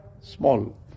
small